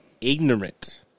ignorant